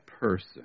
person